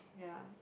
ya